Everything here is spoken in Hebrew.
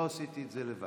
לא עשיתי את זה לבד.